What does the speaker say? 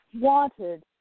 wanted